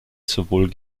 sowohl